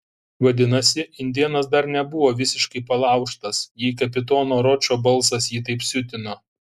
vadinasi indėnas dar nebuvo visiškai palaužtas jei kapitono ročo balsas jį taip siutino